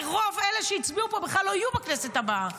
ורוב אלה שהצביעו פה בכלל לא יהיו בכנסת הבאה,